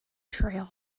trail